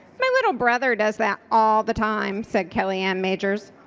my little brother does that all the time, said kelly ann majors.